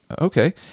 Okay